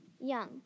Young